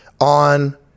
on